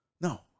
No